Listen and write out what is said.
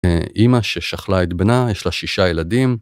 אמא ששכלה את בנה, יש לה שישה ילדים.